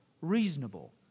reasonable